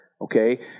okay